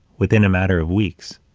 within a matter of weeks,